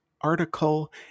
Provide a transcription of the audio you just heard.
article